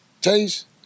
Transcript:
taste